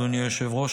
אדוני היושב-ראש,